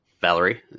Valerie